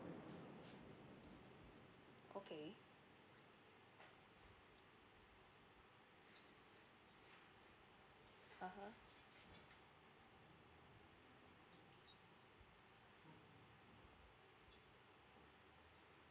okay (uh huh)